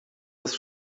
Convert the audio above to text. jest